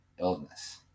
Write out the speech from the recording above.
illness